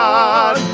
God